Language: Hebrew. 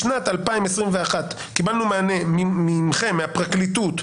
בשנת 2021 קיבלנו מכם, מהפרקליטות,